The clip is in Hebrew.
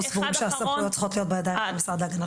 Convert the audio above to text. סבורים שהסמכויות צריכות להיות בידיים של המשרד להגנת הסביבה.